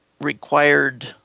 required